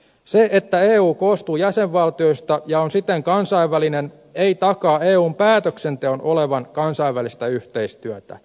se että eu koostuu jäsenvaltioista ja on siten kansainvälinen ei takaa eun päätöksenteon olevan kansainvälistä yhteistyötä